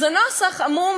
אז הנוסח הוא עמום,